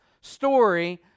story